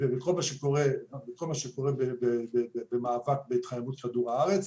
ובכל מה שקורה במאבק בהתחממות כדור הארץ,